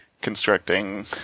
constructing